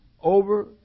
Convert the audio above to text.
over